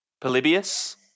Polybius